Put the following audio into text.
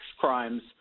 crimes